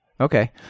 Okay